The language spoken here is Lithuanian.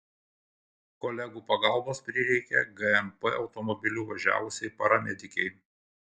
kolegų pagalbos prireikė gmp automobiliu važiavusiai paramedikei